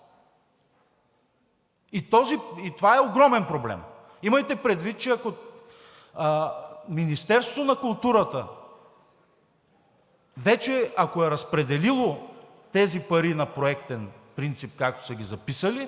и това е огромен проблем. Имайте предвид, че Министерството на културата вече ако е разпределило тези пари на проектен принцип, както са ги записали,